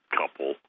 couple